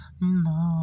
No